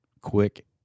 quick